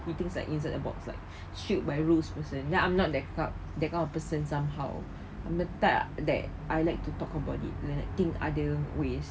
he thinks like inside a box like shoot my rules person then I'm not that kind that kind of person somehow I'm the type that I like to talk about it then like I think other ways